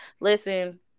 Listen